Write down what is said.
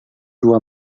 dua